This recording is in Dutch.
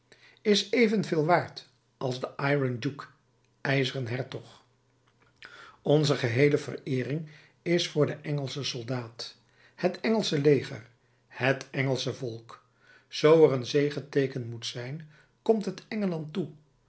is evenveel waard als de iron duke ijzeren hertog onze geheele vereering is voor den engelschen soldaat het engelsche leger het engelsche volk zoo er een zegeteeken moet zijn komt het engeland toe